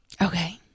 Okay